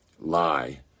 lie